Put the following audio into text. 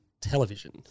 television